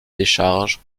décharge